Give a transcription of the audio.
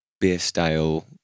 beer-style